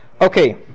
Okay